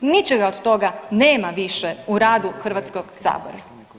Ničega od toga nema više u radu Hrvatskog sabora.